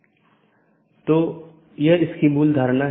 एक यह है कि कितने डोमेन को कूदने की आवश्यकता है